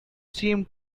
seemed